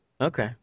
Okay